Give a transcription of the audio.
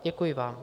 Děkuji vám.